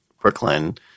Brooklyn